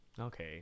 okay